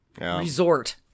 resort